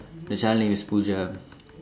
the child name is Pooja